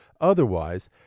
otherwise